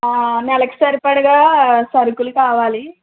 నెలకు సరిపడగా సరుకులు కావాలి